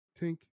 tink